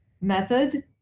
method